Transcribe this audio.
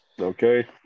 Okay